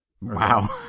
Wow